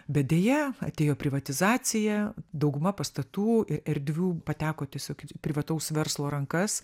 bet deja atėjo privatizacija dauguma pastatų ir erdvių pateko tiesiog į privataus verslo rankas